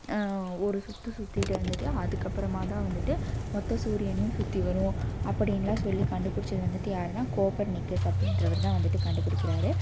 ஒரு சுற்று சுற்றறிட்டு வந்துட்டு அதுக்கப்புறமா தான் வந்துட்டு மொத்த சூரியனையும் சுற்றி வரும் அப்படின்னெலாம் சொல்லி கண்டுபிடிச்சது வந்துட்டு யாருன்னால் கோப்பர்நிக்கஸ் அப்படிகிறவருதான் வந்துட்டு கண்டுபிடிக்குறாரு